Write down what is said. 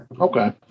Okay